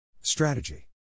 Strategy